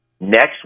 next